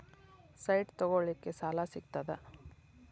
Site ತಗೋಳಿಕ್ಕೆ ಸಾಲಾ ಸಿಗ್ತದಾ?